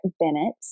Bennett